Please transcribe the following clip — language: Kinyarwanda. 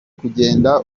kugenda